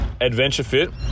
AdventureFit